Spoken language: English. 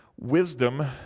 Wisdom